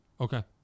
Okay